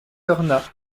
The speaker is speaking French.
cornas